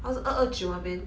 或是二二九那边